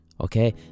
Okay